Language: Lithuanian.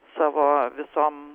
savo visom